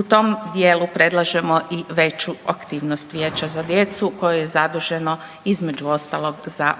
U tom dijelu predlažemo i veću aktivnost vijeća za djecu koje je zaduženo između ostalog za